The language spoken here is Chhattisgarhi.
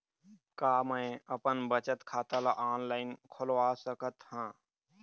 का मैं अपन बचत खाता ला ऑनलाइन खोलवा सकत ह?